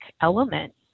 element